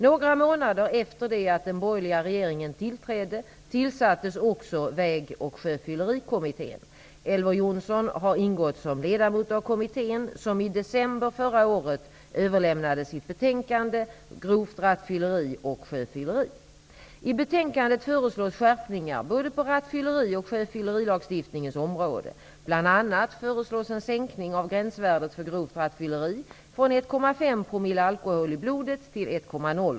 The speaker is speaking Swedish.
Några månader efter det att den borgerliga regeringen tillträdde tillsattes också Väg och sjöfyllerikommittén. Elver Jonsson har ingått som ledamot av kommittén, som i december förra året överlämnade sitt betänkande Grovt Rattfylleri och I betänkandet föreslås skärpningar både på rattfylleri och sjöfyllerilagstiftningens områden. promille.